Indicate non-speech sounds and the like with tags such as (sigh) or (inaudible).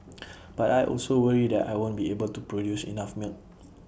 (noise) but I also worry that I won't be able to produce enough milk